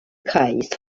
case